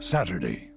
Saturday